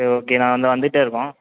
சரி ஓகே நாங்கள் இதோ வந்துகிட்டே இருக்கோம்